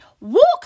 walk